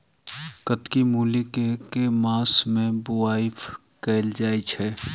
कत्की मूली केँ के मास मे बोवाई कैल जाएँ छैय?